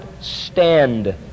stand